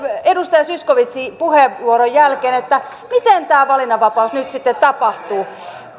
edustaja zyskowiczin puheenvuoron jälkeen miten tämä valinnanvapaus nyt sitten tapahtuu